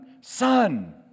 Son